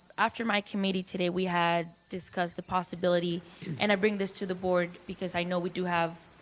after my committee today, we had discussed the possibility and i bring this to the board because i know we do have